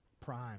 Prime